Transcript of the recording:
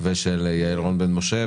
ושל יעל רון בן משה,